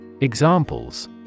Examples